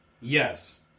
Yes